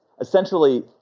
essentially